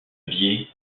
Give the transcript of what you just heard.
biais